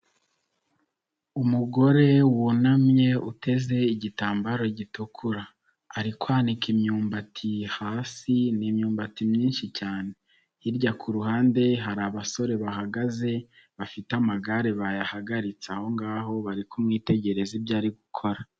Umugore wunamye uteze igitambaro gitukura ari kwanika imyumbati hasi n'imyumbati myinshi cyane, hirya ku ruhande hari abasore bahagaze bafite amagare bayahagaritse aho ngaho bari kumwitegereza ibyo ari gukora.